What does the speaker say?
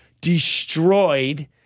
destroyed